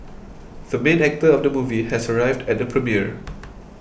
the main actor of the movie has arrived at the premiere